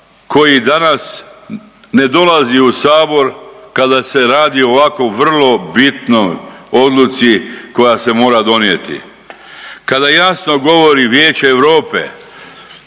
koji danas ne dolazi u Sabor kada se radi o ovako vrlo bitnoj odluci koja se mora donijeti. Kada jasno govori Vijeće Europe,